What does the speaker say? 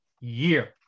year